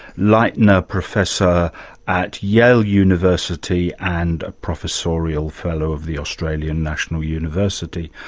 leitner professor at yale university and professorial fellow of the australian national university.